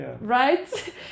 right